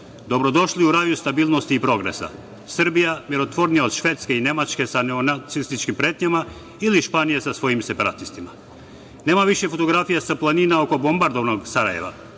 Dobrodošli u raj stabilnosti i progresa. Srbija mirotvornija od Švedske i Nemačke sa neonacističkim pretnjama ili Španija sa svojim separatistima. Nema više fotografija sa planina oko bombardovanog Sarajeva.